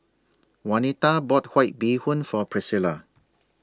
Jaunita bought White Bee Hoon For Pricilla